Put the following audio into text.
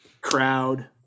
crowd